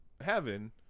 heaven